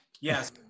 yes